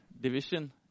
division